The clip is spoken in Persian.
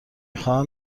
خواهم